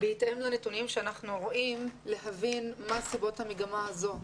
בהתאם לנתונים שאנחנו רואים להבין מה הסיבות למגמה הזו,